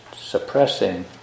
suppressing